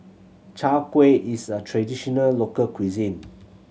Chai Kueh is a traditional local cuisine